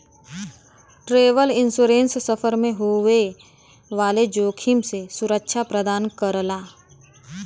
travel insurance सफर में होए वाले जोखिम से सुरक्षा प्रदान करला